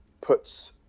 puts